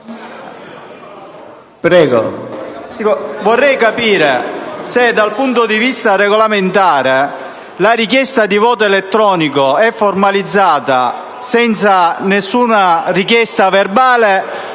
vorrei capire se, dal punto di vista regolamentare, la richiesta di voto elettronico può essere formalizzata senza alcuna richiesta verbale